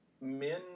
men